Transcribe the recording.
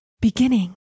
beginning